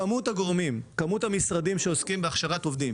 כמות הגורמים, כמות המשרדים שעוסקים בהכשרת עובדים